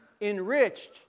enriched